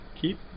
keep